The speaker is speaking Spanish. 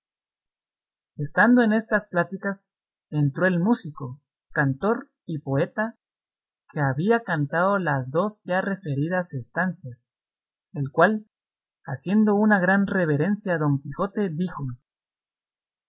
estando en estas pláticas entró el músico cantor y poeta que había cantado las dos ya referidas estancias el cual haciendo una gran reverencia a don quijote dijo